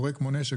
הורג כמו נשק,